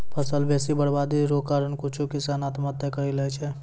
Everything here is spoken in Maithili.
फसल बेसी बरवादी रो कारण कुछु किसान आत्महत्या करि लैय छै